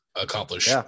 accomplish